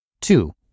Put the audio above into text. Two